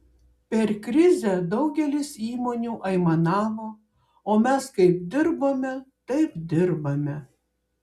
per krizę daugelis įmonių aimanavo o mes kaip dirbome taip dirbame